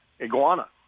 Iguana